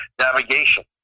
navigation